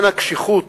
הקשיחות